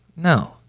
No